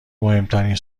مهمترین